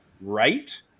Right